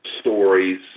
stories